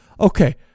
Okay